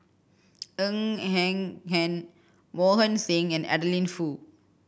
Ng Eng Hen Mohan Singh and Adeline Foo